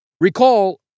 Recall